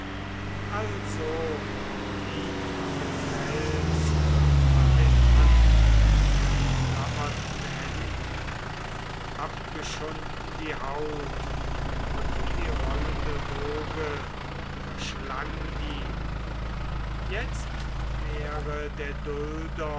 also blieb an dem fels von den angeklammerten händen abgeschunden die haut und die rollende woge verschlang ihn jetzo wäre der dulder